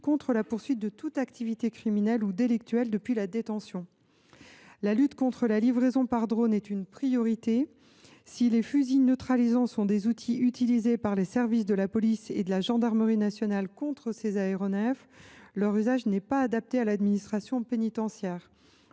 contre la poursuite de toute activité criminelle ou délictuelle depuis la détention. La lutte contre la livraison par drone est une priorité. Si les fusils neutralisants sont des outils utilisés par les services de la police et de la gendarmerie nationales contre ces aéronefs, leur usage n’est pas adapté à l’administration pénitentiaire.